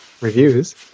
reviews